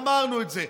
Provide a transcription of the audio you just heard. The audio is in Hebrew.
אמרנו את זה.